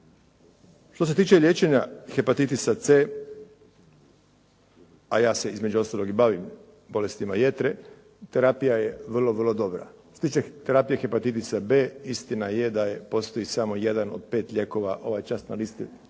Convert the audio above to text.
Što se tiče liječenja hepatitisa C, a ja se između ostalog i bavim bolestima jetre, terapija je vrlo, vrlo dobra. Što se tiče terapije hepatitisa B, istina je da postoji samo jedan od pet lijekova ovaj čas na listi